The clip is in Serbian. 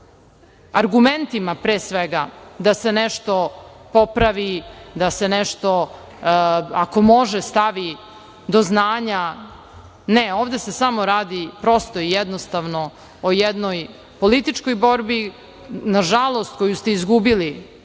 argumentima, pre svega, da se nešto popravi, da se nešto, ako može, stavi do znanja, ne, ovde se samo radi, prosto i jednostavno, o jednoj političkoj borbi, nažalost, koju ste izgubili